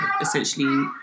essentially